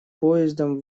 поездом